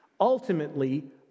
ultimately